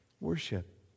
worship